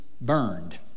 burned